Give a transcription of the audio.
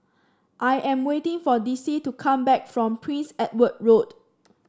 I am waiting for Dicie to come back from Prince Edward Road